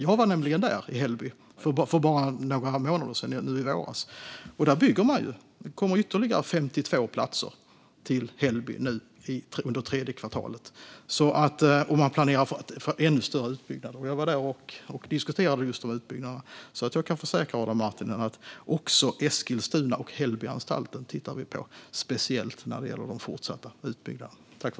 Jag var nämligen i Hällby för bara några månader sedan, nu i våras. Där bygger man; det kommer ytterligare 52 platser till Hällby nu under tredje kvartalet. Och man planerar för en ännu större utbyggnad. Jag var där och diskuterade just utbyggnaden. Jag kan försäkra Adam Marttinen att vi tittar också på Eskilstuna och speciellt när det gäller de fortsatta utbyggnaderna.